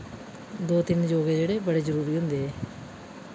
दो तिन्न योग जेह्ड़े बड़े जरुरी होंदे एह्